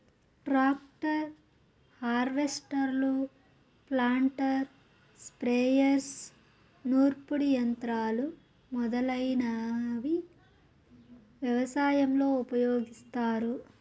tractor, హార్వెస్టర్లు, planter, sprayers, నూర్పిడి యంత్రాలు మొదలైనవి వ్యవసాయంలో ఉపయోగిస్తారు